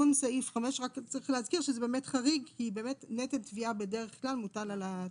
רק צריך להזכיר שזה באמת חריג כי נטל תביעה בדרך כלל מוטל על התובע.